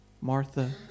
Martha